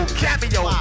cameo